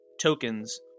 tokens